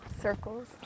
circles